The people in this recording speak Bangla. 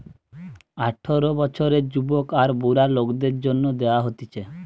আঠারো বছরের যুবক আর বুড়া লোকদের জন্যে দেওয়া হতিছে